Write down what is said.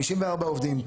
54 עובדים,